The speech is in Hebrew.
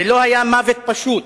זה לא היה מוות פשוט.